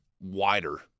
wider